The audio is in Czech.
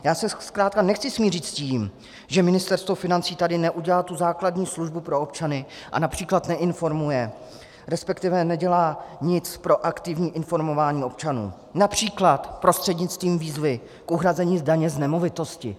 Já se zkrátka nechci smířit s tím, že Ministerstvo financí tady neudělalo tu základní službu pro občany a například neinformuje, resp. nedělá nic pro aktivní informování občanů například jako prostřednictvím výzvy k uhrazení daně z nemovitosti.